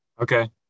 Okay